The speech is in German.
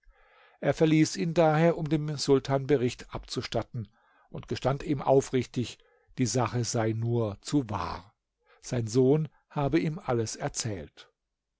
er verließ ihn daher um dem sultan bericht abzustatten und gestand ihm aufrichtig die sache sei nur zu wahr sein sohn habe ihm alles erzählt